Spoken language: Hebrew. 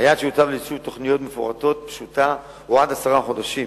היעד שהוצב לאישור תוכניות מפורטות פשוט הוא עד עשרה חודשים,